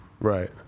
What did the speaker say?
Right